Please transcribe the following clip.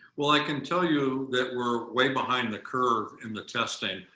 well, i can tell you that we're way behind the curve in the testing.